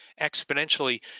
exponentially